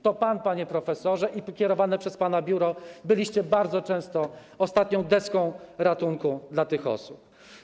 To pan, panie profesorze, i kierowane przez pana biuro byliście bardzo często ostatnią deską ratunku dla tych osób.